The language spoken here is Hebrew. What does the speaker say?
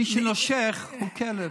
מי שנושך הוא כלב.